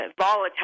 volatile